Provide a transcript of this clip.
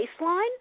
baseline